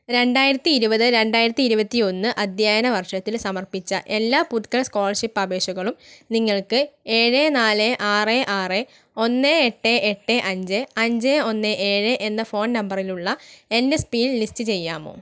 രണ്ടായിരത്തി ഇരുപത് രണ്ടായിരത്തി ഇരുപത്തി ഒന്ന് അധ്യയന വർഷത്തിൽ സമർപ്പിച്ച എല്ലാ പുതുക്കൽ സ്കോളർഷിപ്പ് അപേക്ഷകളും നിങ്ങൾക്ക് ഏഴ് നാല് ആറ് ആറ് ഒന്ന് എട്ട് എട്ട് അഞ്ച് അഞ്ച് ഒന്ന് ഏഴ് എന്ന ഫോൺ നമ്പറിലുള്ള എൻ എസ് പിയിൽ ലിസ്റ്റ് ചെയ്യാമോ